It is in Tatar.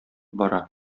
бара